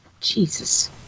Jesus